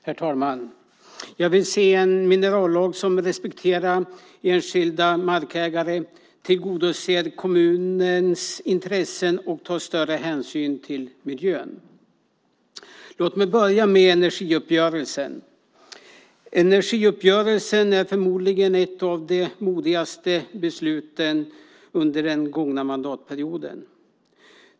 Herr talman! Jag vill se en minerallag som respekterar enskilda markägare, tillgodoser kommunens intressen och tar större hänsyn till miljön. Låt mig börja med energiuppgörelsen. Energiuppgörelsen är förmodligen ett av de modigaste besluten under den gångna mandatperioden.